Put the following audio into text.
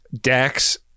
Dax